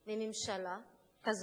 מממשלה כזאת,